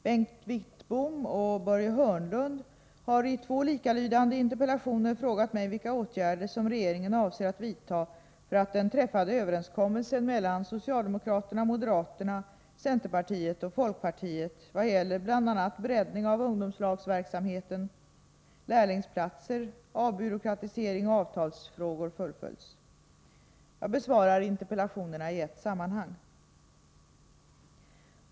Bengt Wittbom och Börje Hörnlund har i två likalydande interpellationer frågat mig vilka åtgärder som regeringen avser att vidta för att den träffade Jag besvarar interpellationerna i ett sammanhang.